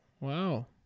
Wow